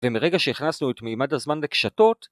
ומרגע שהכנסנו את מימד הזמן לקשתות...